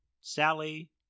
sally